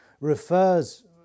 refers